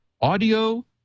audio